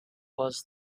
was